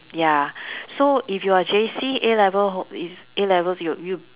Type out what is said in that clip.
ya so if you're J_C A-level hol~ is A-levels you you